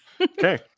Okay